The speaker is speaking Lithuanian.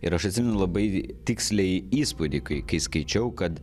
ir aš atsimenu labai tiksliai įspūdį kai kai skaičiau kad